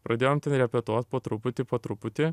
pradėjom ten repetuot po truputį po truputį